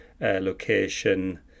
location